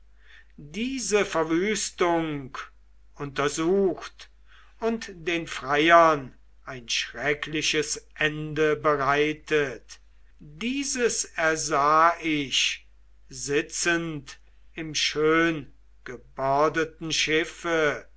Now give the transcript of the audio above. diese verwüstung untersucht und den freiern ein schreckliches ende bereitet dieses ersah ich sitzend im schöngebordeten schiffe